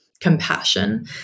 compassion